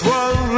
one